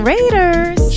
Raiders